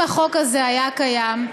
אם החוק הזה היה קיים,